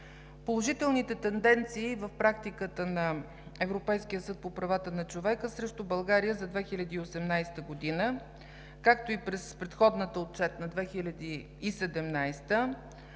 Положителните тенденции в практиката на Европейския съд по правата на човека срещу България за 2018 г., както и през предходната отчетна 2017 г.,